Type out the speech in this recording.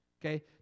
okay